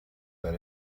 that